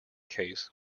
case